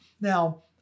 Now